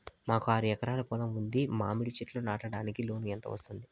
మాకు ఆరు ఎకరాలు పొలం ఉంది, మామిడి చెట్లు నాటడానికి లోను ఎంత వస్తుంది?